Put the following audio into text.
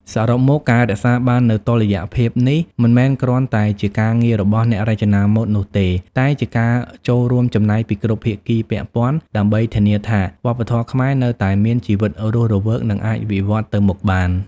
សរុបមក ការរក្សាបាននូវតុល្យភាពនេះ មិនមែនគ្រាន់តែជាការងាររបស់អ្នករចនាម៉ូដនោះទេ តែជាការចូលរួមចំណែកពីគ្រប់ភាគីពាក់ព័ន្ធដើម្បីធានាថាវប្បធម៌ខ្មែរនៅតែមានជីវិតរស់រវើក និងអាចវិវត្តទៅមុខបាន។